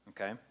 Okay